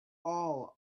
all